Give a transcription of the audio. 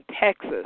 Texas